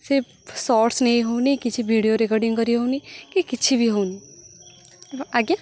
ସେ ସର୍ଟସ ନେଇ ହଉନି କିଛି ଭିଡ଼ିଓ ରେକର୍ଡିଂ କରି ହଉନି କି କିଛି ବି ହଉନି ଆଜ୍ଞା